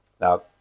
Now